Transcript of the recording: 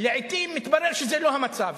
לעתים מתברר שזה לא המצב.